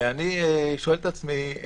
אני שואל את עצמי,